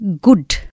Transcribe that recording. good